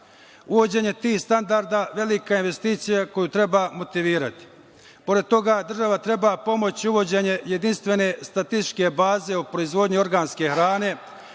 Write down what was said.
uvođenje tih standarda velika investicija koju treba motivirati. Pored toga država treba pomoći uvođenje jedinstvene statističke baze o proizvodnji organske hrane,